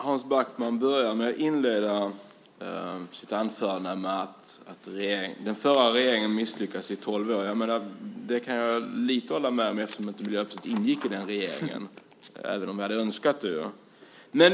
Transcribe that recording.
Herr talman! Hans Backman inledde sitt anförande med att säga att den förra regeringen hade misslyckats under tolv år. Jag kan hålla med om det lite grann eftersom Miljöpartiet inte ingick i den regeringen, även om vi hade önskat att göra det.